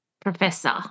professor